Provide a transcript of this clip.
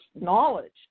knowledge